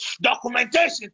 documentation